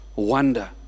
wonder